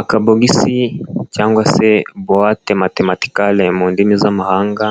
Akabogisi cyangwa se buwate matematikare mu ndimi z'amahanga